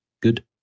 good